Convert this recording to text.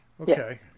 okay